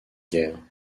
guerre